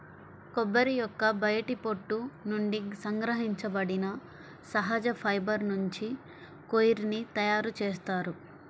కొబ్బరి యొక్క బయటి పొట్టు నుండి సంగ్రహించబడిన సహజ ఫైబర్ నుంచి కోయిర్ ని తయారు చేస్తారు